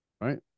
right